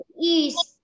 East